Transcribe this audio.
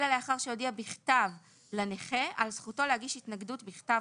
אלא לאחר שהודיע בכתב לנכה על זכותו להגיש התנגדות בכתב